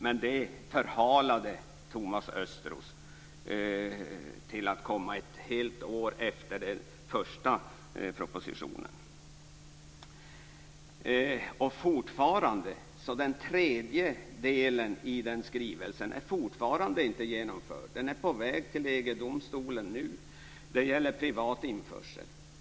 Men det förhalade Thomas Östros så att det kom ett helt år efter den första propositionen. Fortfarande är den tredje delen i denna skrivelse inte genomförd. Den är på väg till EG-domstolen nu. Det gäller privat införsel.